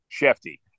Shefty